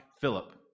Philip